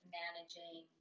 managing